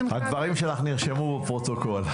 הדברים שלך נרשמו בפרוטוקול.